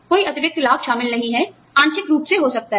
कोई अतिरिक्त लाभ शामिल नहीं है आंशिक रूप से हो सकता है